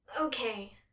Okay